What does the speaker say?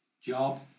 job